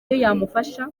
yamufasha